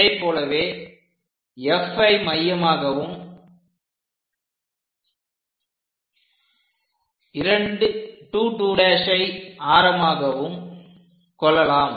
இதைப் போலவே Fஐ மையமாகவும் 2 2' ஐ ஆரமாகவும் கொள்ளலாம்